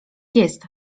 jest